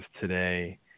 today